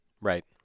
Right